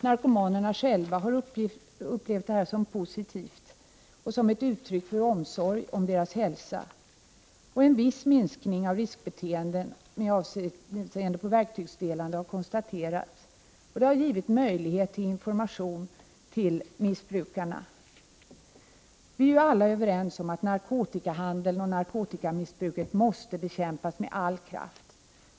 Narkomanerna själva har upplevt verksamheten som positiv och som en omsorg om deras hälsa. En viss minskning av riskbeteendet, med avseende på verktygsdelande, har konstaterats. Verksamheten har också givit möjlighet till information till missbrukarna. Vi är alla överens om att narkotikahandeln och narkotikamissbruket måste bekämpas med all kraft.